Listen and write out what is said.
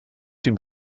dem